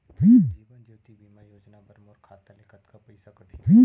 जीवन ज्योति बीमा योजना बर मोर खाता ले कतका पइसा कटही?